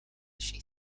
she